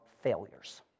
failures